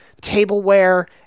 tableware